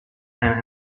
and